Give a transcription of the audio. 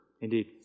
Indeed